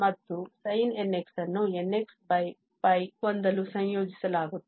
ಮತ್ತು sin nx ಅನ್ನು nx n ಹೊಂದಲು ಸಂಯೋಜಿಸಲಾಗುತ್ತದೆ